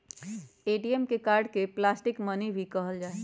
ATM card के plastic money भी कहल जाहई